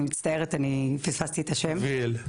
אביאל,